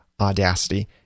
Audacity